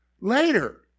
Later